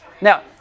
Now